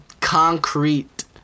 concrete